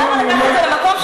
תראה לי בן-אדם שרואה